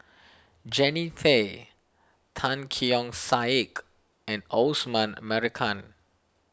Jannie Tay Tan Keong Saik and Osman Merican